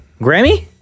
Grammy